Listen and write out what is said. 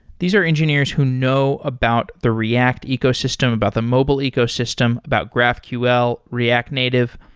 these are engineers who know about the react ecosystem, about the mobile ecosystem, about graphql, react native.